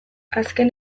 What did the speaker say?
azken